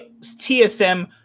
TSM